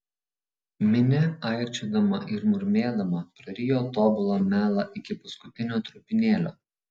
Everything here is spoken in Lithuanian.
minia aikčiodama ir murmėdama prarijo tobulą melą iki paskutinio trupinėlio